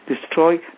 destroy